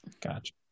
Gotcha